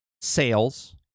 sales